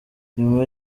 nyuma